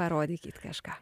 parodykit kažką